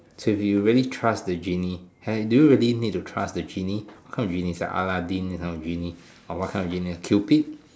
so if you really trust the genie hey do you really need to trust the genie what kind of genie is it Aladdin that kind of genie or what kind of genie cupid